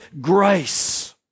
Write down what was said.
grace